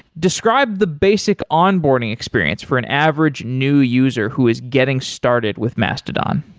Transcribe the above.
describe the basic onboarding experience for an average new user who is getting started with mastodon.